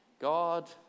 God